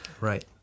Right